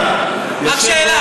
רק שאלה,